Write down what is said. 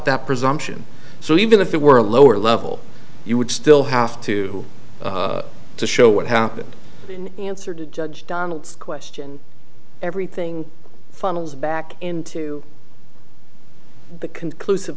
that presumption so even if it were a lower level you would still have to to show what happened in answer to judge donald's question everything funnels back into the conclusive